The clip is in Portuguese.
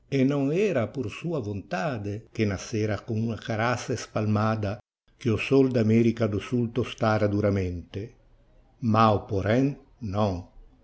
e não era por sua vontade que nascera com uma caraça espalmada que o sol da america do sul tostara duramente mau porém não